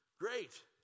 Great